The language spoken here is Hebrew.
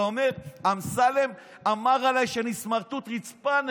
אתה אומר: אמסלם אמר עליי שאני סמרטוט רצפה,